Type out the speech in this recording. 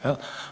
Jel'